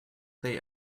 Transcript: they